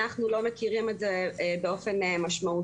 אנחנו לא מכירים את זה באופן משמעותי.